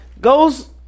goes